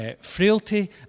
frailty